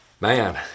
Man